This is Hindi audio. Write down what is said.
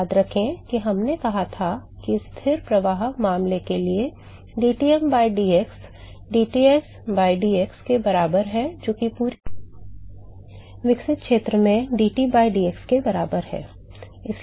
तो याद रखें कि हमने कहा था कि स्थिर प्रवाह मामले के लिए dTm by dx dTs by dx के बराबर है जो कि पूरी तरह से विकसित क्षेत्र में dT by dx के बराबर है